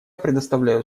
предоставляю